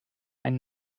ein